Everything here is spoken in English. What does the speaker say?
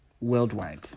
worldwide